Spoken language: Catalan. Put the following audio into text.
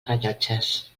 rellotges